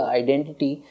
identity